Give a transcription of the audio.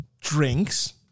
drinks